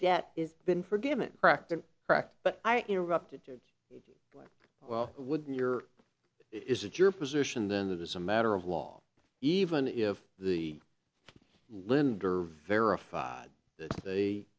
debt is been forgiven correct and correct but i interrupted you would your is it your position then that is a matter of law even if the linder verified that they